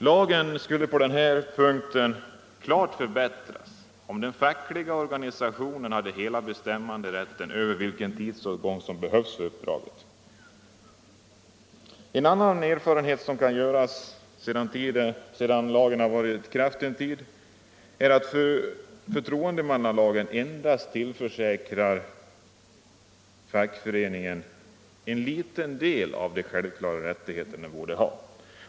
Lagen skulle på'den här punkten klart förbättras, om den fackliga organisationen hade hela bestämmanderätten över vilken tidsåtgång som behövs för uppdraget. Ännu en erfarenhet som kunnat göras under den tid då förtroendemannalagen varit i kraft är att lagen endast tillförsäkrar fackföreningen en liten del av de rättigheter som borde vara självklara.